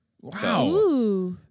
Wow